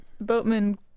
Boatman